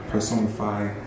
personify